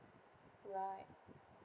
right